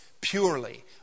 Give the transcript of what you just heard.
purely